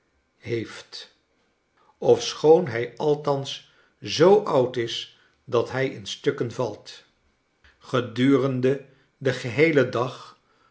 heeft ofschoon hij althans zoo oud is dat hij in stukken valt gedurende den geheelen dag